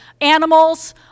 animals